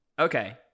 Okay